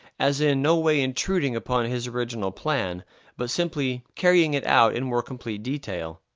as in no way intruding upon his original plan but simply carrying it out in more complete detail.